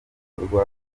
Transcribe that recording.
bikorwa